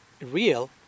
real